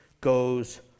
goes